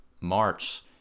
March